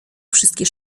wszystkie